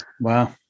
Wow